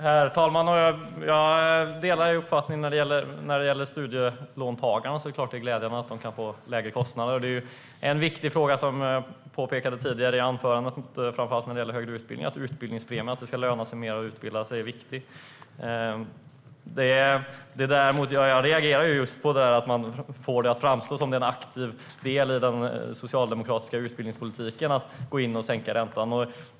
Herr talman! Jag delar uppfattningen när det gäller studielåntagarna. Det är klart att det är glädjande att kostnaderna blir lägre. En viktig fråga när det gäller högre utbildning är att det ska löna sig mer att utbilda sig. Jag reagerade på att man får det att framstå som en aktiv del i den socialdemokratiska utbildningspolitiken att sänka räntan.